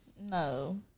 No